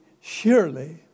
surely